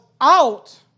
out